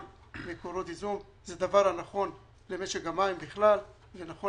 הפרטת מקורות ייזום זה הדבר הנכון למשק המים בכלל ונכון